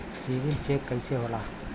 CIBIL check कइसे होला?